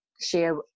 share